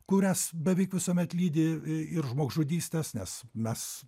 kurias beveik visuomet lydi ir žmogžudystės nes mes